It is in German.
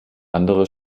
andere